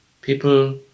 people